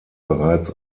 bereits